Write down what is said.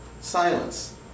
silence